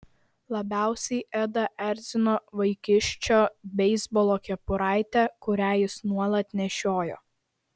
labiausiai edą erzino vaikiščio beisbolo kepuraitė kurią jis nuolat nešiojo